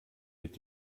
mit